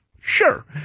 sure